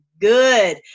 good